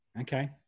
Okay